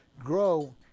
grow